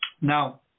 Now